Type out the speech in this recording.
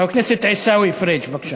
חבר הכנסת עיסאווי פריג', בבקשה.